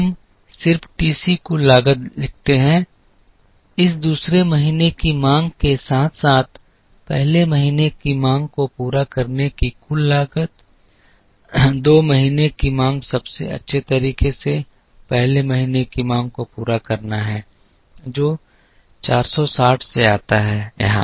हम सिर्फ टीसी कुल लागत लिखते हैं इस दूसरे महीने की मांग के साथ साथ पहले महीने की मांग को पूरा करने की कुल लागत दो महीने की मांग सबसे अच्छे तरीके से पहले महीने की मांग को पूरा करना है जो 460 से आता है यहाँ